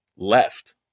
left